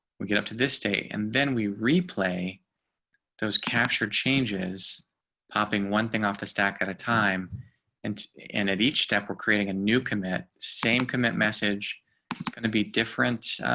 we get up to this day. and then we replay those capture changes popping one thing off the stack at a time and and at each step of creating a new commit same commit message going to be different.